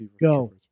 go